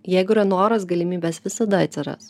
jeigu yra noras galimybės visada atsiras